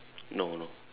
no no